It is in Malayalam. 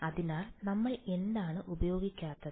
അതിനാൽ നമ്മൾ എന്താണ് ഉപയോഗിക്കാത്തത്